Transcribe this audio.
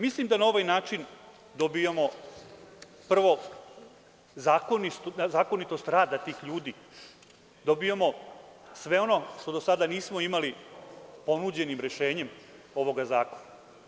Mislim da na ovaj način dobijamo prvo zakonitost rada tih ljudi, dobijamo sve ono što do sada nismo imali ponuđenim rešenjem ovoga zakona.